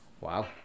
wow